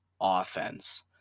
offense